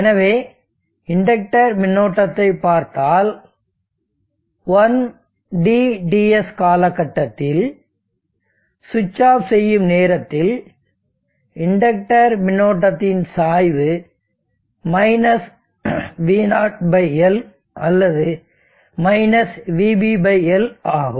எனவே இண்டக்டர் மின்னோட்டத்தைப் பார்த்தால் 1 DTs காலகட்டத்தில் சுவிட்ச் ஆஃப் செய்யும் நேரத்தில் இண்டக்டர் மின்னோட்டத்தின் சாய்வு v0L அல்லது -vBL ஆகும்